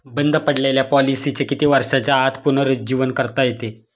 बंद पडलेल्या पॉलिसीचे किती वर्षांच्या आत पुनरुज्जीवन करता येते?